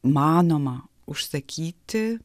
manoma užsakyti